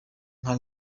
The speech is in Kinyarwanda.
nka